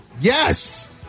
Yes